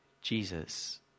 Jesus